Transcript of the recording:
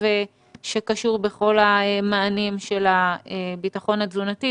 שקשור בכל המענים של הביטחון התזונתי.